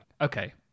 Okay